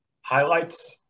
highlights